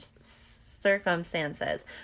circumstances